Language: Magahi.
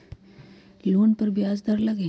लोन पर ब्याज दर लगी?